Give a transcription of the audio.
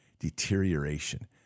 deterioration